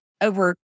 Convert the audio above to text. over